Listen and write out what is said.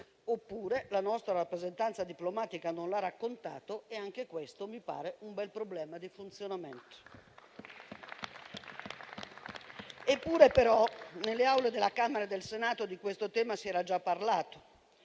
oppure la nostra rappresentanza diplomatica non l'ha raccontato e anche questo mi pare un bel problema di funzionamento. Eppure, nelle Aule della Camera e del Senato di questo tema si era già parlato